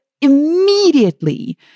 immediately